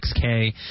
6K